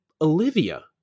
Olivia